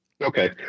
Okay